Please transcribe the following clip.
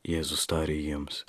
jėzus tarė jiems